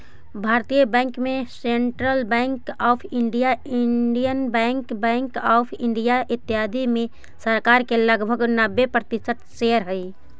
भारतीय बैंक में Central Bank of India, Indian Bank, Bank of India, इत्यादि में सरकार के लगभग नब्बे प्रतिशत शेयर हइ